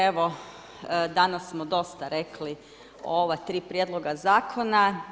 Evo danas smo dosta rekli o ova tri prijedloga zakona.